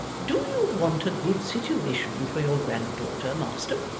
do you want a good situation for your grand-daughter, master?